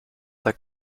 der